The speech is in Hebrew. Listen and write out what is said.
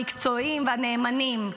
המקצועיים והנאמנים.